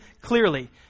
clearly